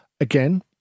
again